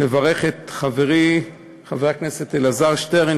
לברך את חברי חבר הכנסת אלעזר שטרן,